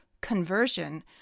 conversion